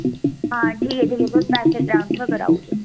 हां ठीक ऐ ठीक ऐ तुस पैसे ट्रांसफर कराई ओड़ेओ